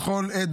בכל עת,